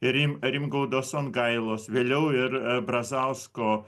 rim rimgaudo songailos vėliau ir brazausko